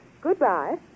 Goodbye